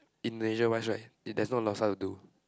Indonesia wise right there's not a lot of stuff to do